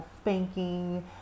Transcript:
spanking